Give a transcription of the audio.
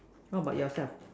what about yourself